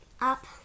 up